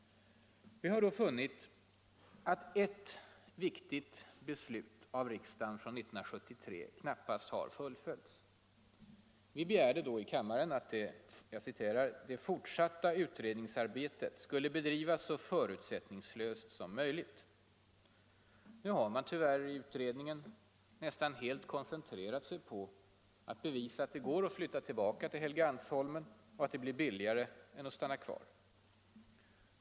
Vi har då funnit att ert viktigt beslut av riksdagen från 1973 knappast har fullföljts. Vi begärde då i kammaren att ”det fortsatta utredningsarbetet” skulle bedrivas ”så förutsättningslöst som möjligt”. Nu har man tyvärr i utredningen nästan helt koncentrerat sig på att bevisa att det går att flytta tillbaka till Helgeandsholmen och att det blir billigare än att stanna kvar.